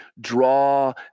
draw